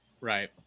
Right